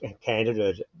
candidate